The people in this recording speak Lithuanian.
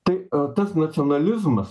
tai tas nacionalizmas